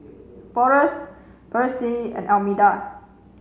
forest Percy and Almeda